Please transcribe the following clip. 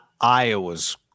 Iowa's